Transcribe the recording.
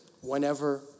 whenever